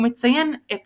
הוא מציין את